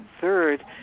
Third